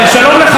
שלום לך,